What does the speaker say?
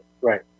Right